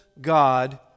God